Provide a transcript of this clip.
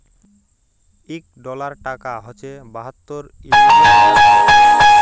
ইক ডলার টাকা হছে বাহাত্তর ইলডিয়াল টাকা